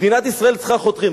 מדינת ישראל צריכה חותרים.